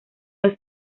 los